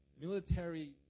military